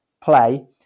play